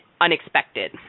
unexpected